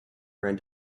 ran